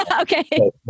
okay